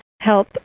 help